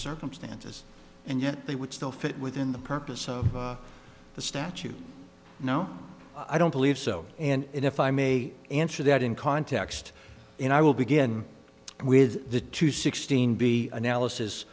circumstances and yet they would still fit within the purpose of the statute no i don't believe so and if i may answer that in context and i will begin with the two sixteen b analysis